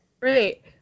Right